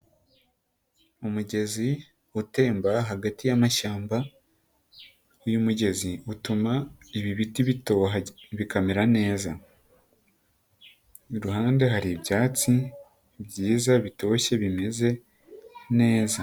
Umugezi utemba hagati y'amashyamba. Uyu mugezi utuma ibi biti bitoha bikamera neza. Iruhande hari ibyatsi byiza bitoshye bimeze neza.